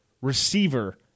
receiver